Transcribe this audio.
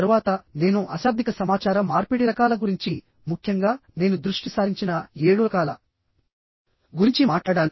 తరువాత నేను అశాబ్దిక సమాచార మార్పిడి రకాల గురించి ముఖ్యంగా నేను దృష్టి సారించిన ఏడు రకాల గురించి మాట్లాడాను